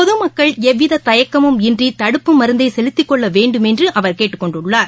பொதமக்கள் எவ்விததயக்கமும் இன்றிதடுப்பு மருந்தைசெலுத்திக் கொள்ளவேண்டுமென்றுஅவர் கேட்டுக்கொண்டுள்ளார்